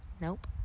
nope